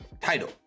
title